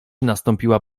nastąpiła